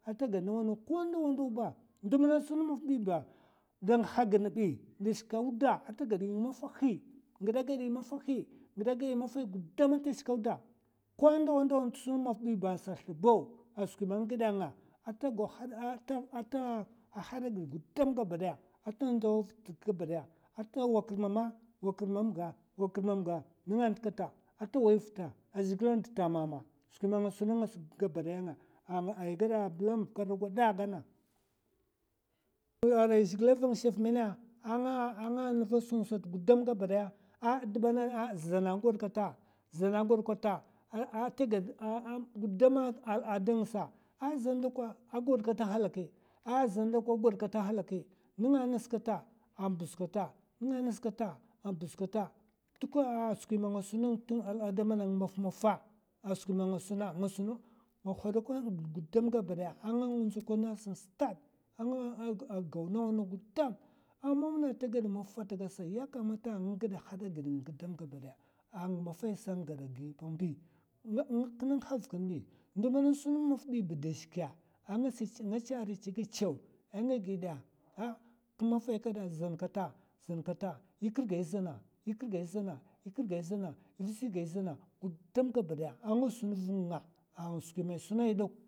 Ata gad nawa naw, ko ndawa ndaw ba ndu mana sun mu maf bi ba, da ngha gid nbi, da shikaw da ata gad ng mafahi, ngidè gad yi mafahi, ngidè yi mafahi gudam ata shikaw da ko dawa ndaw ta sun mu maf bi ba, da shika nsa slèbaw a skwi ma nga gèdè nga ata gaw ata hada gid gudam gabadaya ata ndzaw tst gabadaya ata wa kirmama wa kirmam ga nga'nt kata ata wai vta a zhègila dat'ta mama skwi ma nga suna ngas gabaday nga ai kwada blam bukar ngwada gana arai zhègilè vang shèf mèna a nga a nga ndzo sung gudam gabadaya a dba nan zana gwad kata, zana gwad kata ata gudama ndang sa a zan dakwa a gad kat, a gwad kat ahalaki nènga ngas kata, an buz kata duka a skwi man nga suna nga tun alada mana ngan n'mafmafa a skwi man nga suna nga hadakwai gid nga gudam gabadaya a nga nzdakwan samstad a nga gaw nawa naw gudam, a mam na man ta gad maf ya kamata nga gada hada gid gudam gabadaya ang mafai sa ngada gi pambi nng kina ngha vi kinbi ndu mana sun mu maf bi aa, da shika ngas nga chè ri chagachaw a nga ghèda ah ki mafai kèdè zan kata, zan kata, yi kir gai zana yi kir gai zana yi vzi gè zana gudam gabadaya a nga sun vu'nga a skwi man è suna yi dok.